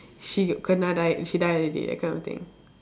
she kena died she die already that kind of thing